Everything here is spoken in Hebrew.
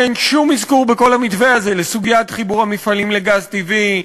אין שום אזכור בכל המתווה הזה לסוגיית חיבור המפעלים לגז טבעי,